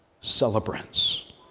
celebrants